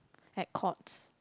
at Courts